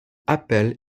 appel